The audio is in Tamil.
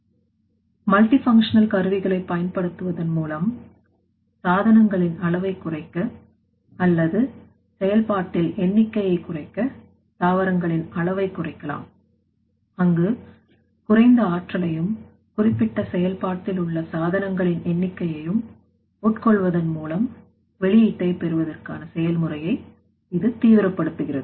எனது multi functional கருவிகளை பயன்படுத்துவதன் மூலம் சாதனங்களின் அளவை குறைக்க அல்லது செயல்பாட்டில் எண்ணிக்கையை குறைக்க தாவரங்களின் அளவை குறைக்கலாம் அங்கு குறைந்த ஆற்றலையும் குறிப்பிட்ட செயல்பாட்டில் உள்ள சாதனங்களின் எண்ணிக்கையையும் உட்கொள்வதன் மூலம் வெளியீட்டை பெறுவதற்கான செயல்முறையை இது தீவிரப்படுத்துகிறது